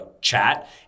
chat